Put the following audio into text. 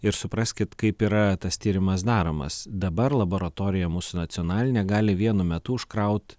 ir supraskit kaip yra tas tyrimas daromas dabar laboratorija mūsų nacionalinė gali vienu metu užkraut